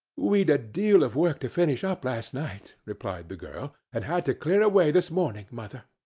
we'd a deal of work to finish up last night, replied the girl, and had to clear away this morning, mother!